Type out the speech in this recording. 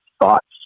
thoughts